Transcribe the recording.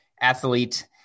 athlete